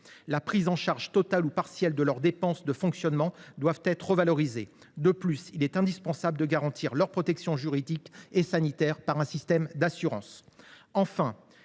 La prise en charge, totale ou partielle, de leurs dépenses de fonctionnement doit être revalorisée. De plus, il est indispensable de garantir leur protection juridique et sanitaire par un système d’assurance.